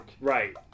Right